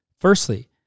Firstly